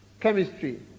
Chemistry